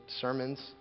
sermons